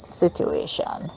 situation